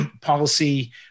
policy